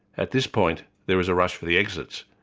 at this point, there was a rush for the exists,